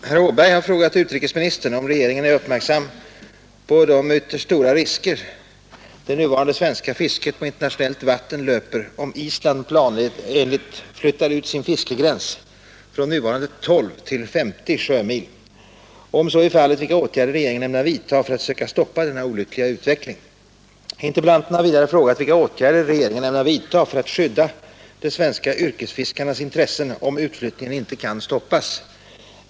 Herr talman! Herr Åberg har frågat utrikesministern om regeringen är uppmärksam på de ytterst stora risker det nuvarande svenska fisket på internationellt vatten löper om Island planenligt flyttar ut sin fiskegräns från nuvarande 12 till 50 sjömil, och om så är fallet vilka åtgärder regeringen ämnar vidtaga för att söka stoppa denna olyckliga utveckling. Interpellanten har vidare frågat vilka åtgärder regeringen ämnar vidtaga för att skydda de svenska yrkesfiskarnas intressen om utflyttningen inte kan stoppas.